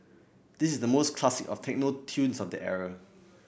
this is the most classic of techno tunes of that era